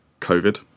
COVID